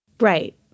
Right